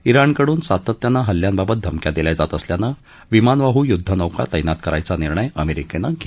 ज्ञाणकडून सातत्यानं हल्ल्यांबाबत धमक्या दिल्या जात असल्यानं विमानवाहू युद्धनौका तैनात करायचा निर्णय अमेरिकेनं घेतला आहे